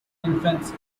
infants